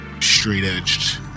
straight-edged